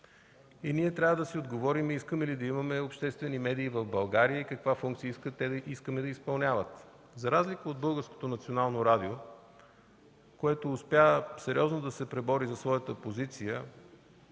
и ние трябва да си отговорим искаме ли да имаме обществени медии в България и каква функция искаме те да изпълняват. За разлика от Българското национално радио, което успя сериозно да се пребори за своята позиция